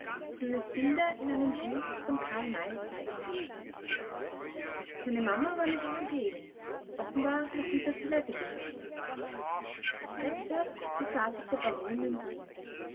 es bilder in einem buch von karl may zeigte seine mama war nicht zugegen offenbar noch mit der toilette beschäftigt jetzt erst besah sich der baron den buben